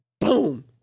boom